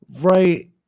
right